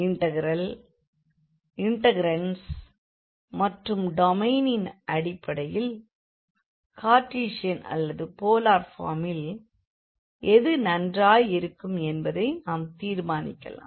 integral integrands மற்றும் டொமைனின் அடிப்படையில் கார்டீசியன் அல்லது போலார் ஃபார்மில் எது நன்றாய் இருக்கும் என்பதை நாம் தீர்மானிக்கலாம்